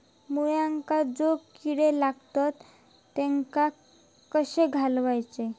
मुळ्यांका जो किडे लागतात तेनका कशे घालवचे?